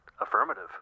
Affirmative